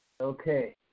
Okay